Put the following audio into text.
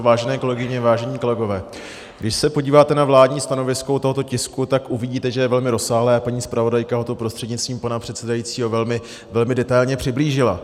Vážené kolegyně, vážení kolegové, když se podíváte na vládní stanovisko u tohoto tisku, tak uvidíte, že je velmi rozsáhlé, a paní zpravodajka ho prostřednictvím pana předsedajícího velmi detailně přiblížila.